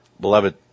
Beloved